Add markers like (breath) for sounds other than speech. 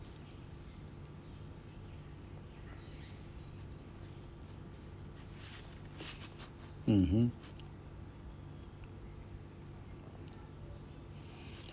mmhmm (breath)